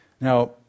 Now